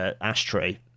Ashtray